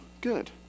good